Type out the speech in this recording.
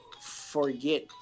Forget